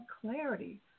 clarity